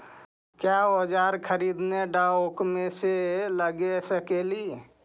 क्या ओजार खरीदने ड़ाओकमेसे लगे सकेली?